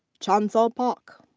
chansol park.